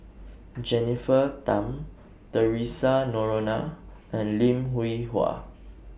Jennifer Tham Theresa Noronha and Lim Hwee Hua